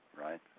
right